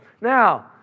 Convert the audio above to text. now